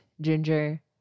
ginger